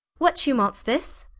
what tumult's this?